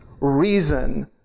Reason